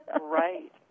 Right